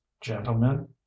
gentlemen